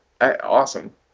awesome